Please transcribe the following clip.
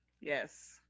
Yes